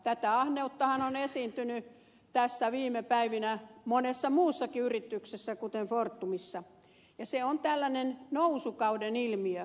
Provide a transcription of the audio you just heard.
tätä ahneuttahan on esiintynyt tässä viime päivinä monessa muussakin yrityksessä kuten fortumissa ja se on tällainen nousukauden ilmiö